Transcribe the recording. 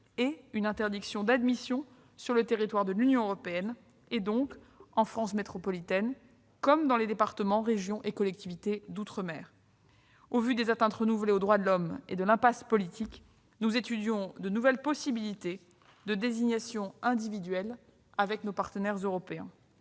qu'une interdiction d'admission sur le territoire de l'Union européenne, et donc en France métropolitaine, comme dans les départements, régions et collectivités d'outre-mer. Au vu des atteintes renouvelées aux droits de l'homme et de l'impasse politique, nous étudions de nouvelles possibilités de désignations individuelles avec nos partenaires européens.